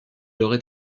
aurait